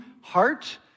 heart